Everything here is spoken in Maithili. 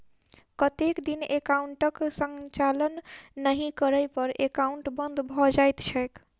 कतेक दिन एकाउंटक संचालन नहि करै पर एकाउन्ट बन्द भऽ जाइत छैक?